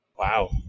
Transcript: Wow